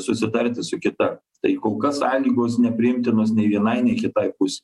susitarti su kita tai kol kas sąlygos nepriimtinos nei vienai nei kitai pusei